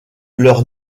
leur